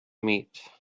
meat